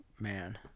man